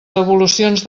devolucions